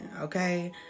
okay